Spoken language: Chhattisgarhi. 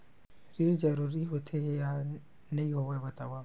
ऋण जरूरी होथे या नहीं होवाए बतावव?